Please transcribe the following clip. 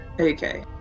Okay